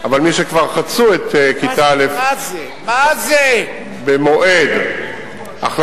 אבל מי שכבר חצו את כיתה א' במועד הכללת